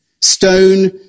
Stone